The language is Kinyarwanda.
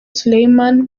suleiman